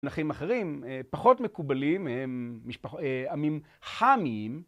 מונחים אחרים פחות מקובלים, הם עמים חמיים.